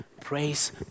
Praise